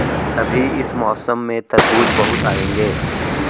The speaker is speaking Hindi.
अभी इस मौसम में तरबूज बहुत आएंगे